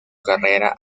carrera